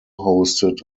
hosted